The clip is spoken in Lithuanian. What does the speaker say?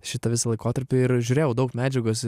šitą visą laikotarpį ir žiūrėjau daug medžiagos